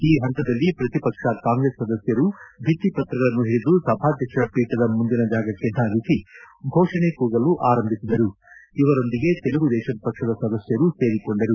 ಈ ಹಂತದಲ್ಲಿ ಪ್ರತಿಪಕ್ಷ ಕಾಂಗ್ರೆಸ್ ಸದಸ್ಟರು ಬಿತ್ತಿಪತ್ರಗಳನ್ನು ಹಿಡಿದು ಸಭಾಧ್ಯಕ್ಷರ ಪೀಠದ ಮುಂದಿನ ಜಾಗಕ್ಕೆ ಧಾವಿಸಿ ಘೋಷಣೆ ಕೂಗಲು ಆರಂಭಿಸಿದರು ಇವರೊಂದಿಗೆ ತೆಲುಗು ದೇಶಂ ಪಕ್ಷದ ಸದಸ್ದರೂ ಸೇರಿಕೊಂಡರು